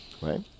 Right